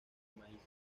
maíz